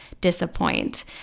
disappoint